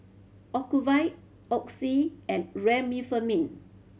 Ocuvite Oxy and Remifemin